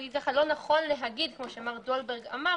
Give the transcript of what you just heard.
נכון לומר כמו מה שמר דולברג אמר,